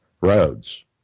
roads